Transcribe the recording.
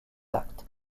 actes